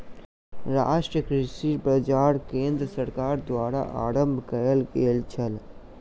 राष्ट्रीय कृषि बाजार केंद्र सरकार द्वारा आरम्भ कयल गेल छल